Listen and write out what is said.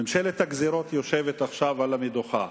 ממשלת הגזירות יושבת עכשיו על המדוכה.